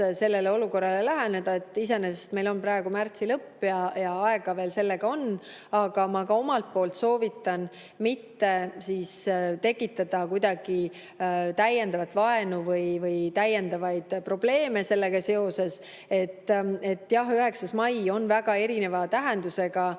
sellele olukorrale läheneda. Meil on praegu märtsi lõpp ja aega veel on. Aga ma ka omalt poolt soovitan mitte tekitada kuidagi täiendavat vaenu või täiendavaid probleeme sellega seoses. Jah, 9. mai on väga erineva tähendusega